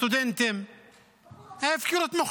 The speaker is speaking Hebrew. אדוני היושב-ראש, להגיד לך את